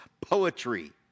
poetry